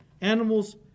animals